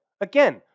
Again